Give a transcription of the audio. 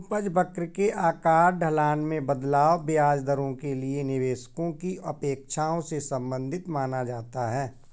उपज वक्र के आकार, ढलान में बदलाव, ब्याज दरों के लिए निवेशकों की अपेक्षाओं से संबंधित माना जाता है